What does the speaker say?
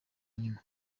nyuma